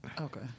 Okay